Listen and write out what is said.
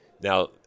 Now